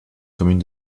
commune